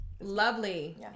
lovely